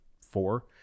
four